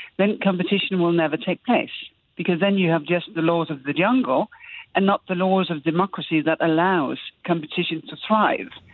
then competition will never take place because then you have just the laws of the jungle and not the laws of democracy that allows competition to thrive.